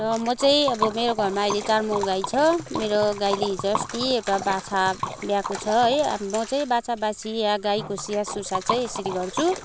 र म चाहिँ मेरो घरमा अहिले चार माउ गाई छ गाईले हिजो अस्ति एउटा बाछा ब्याएको छ है अब म चाहिँ बाछा बाछी या गाईको स्याहार सुसार चाहिँ यसरी गर्छु